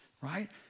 right